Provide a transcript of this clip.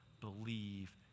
believe